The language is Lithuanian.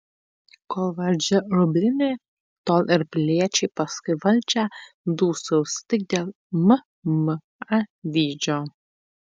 kol valdžia rublinė tol ir piliečiai paskui valdžią dūsaus tik dėl mma dydžio